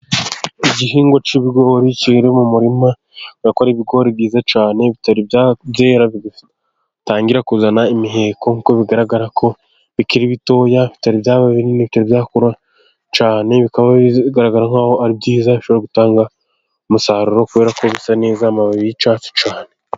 Igihingwa cy'ibigori kiri mu murima, urabona ko ari ibigori byiza cyane bitari byera, bigitangira kuzana imiheko, kuko bigaragara ko bikiri bitoya, bitari byaba binini, bitari byakura cyane. Bikaba bigaragara nk'aho ari byiza, bishobora gutanga umusaruro, kubera ko bisa neza, amababi y'icyatsi cyane.